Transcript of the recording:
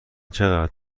چقدر